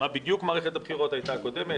בדיוק היה במערכת הבחירות הקודמת,